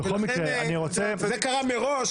זה קרה מראש.